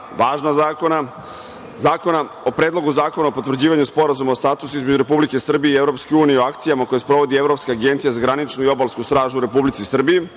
važna zakona - Predlogu zakona o potvrđivanju Sporazuma o statusu između Republike Srbije i EU o akcijama koje sprovodi Evropska agencija za graničnu i obalsku stražu u Republici Srbiji,